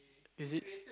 is it